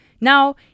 Now